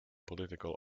political